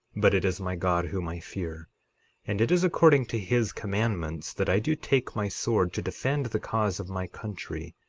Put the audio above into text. but it is my god whom i fear and it is according to his commandments that i do take my sword to defend the cause of my country,